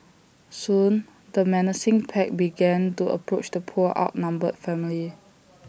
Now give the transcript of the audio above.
soon the menacing pack began to approach the poor outnumbered family